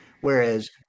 Whereas